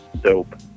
dope